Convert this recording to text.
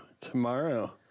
Tomorrow